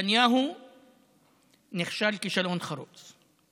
נתניהו נכשל כישלון חרוץ,